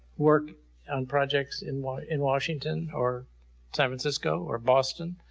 work on projects in in washington or san francisco or boston?